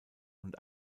und